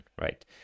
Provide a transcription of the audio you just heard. right